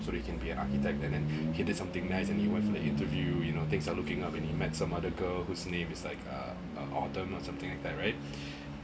so he can be an architect and he did something nice and he went for the interview you know things are looking up and he met some other girl whose name is like uh autumn or something like that right